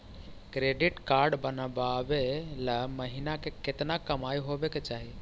Credit card बनबाबे ल महीना के केतना कमाइ होबे के चाही?